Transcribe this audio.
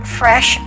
fresh